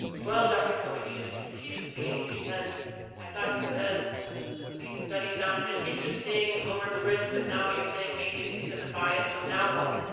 well, dr. flemming, you just confused me because i thought you said these studies sounded interesting and lowered the risk, but now you're saying maybe it's because of bias. so now what?